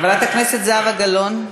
חברת הכנסת זהבה גלאון,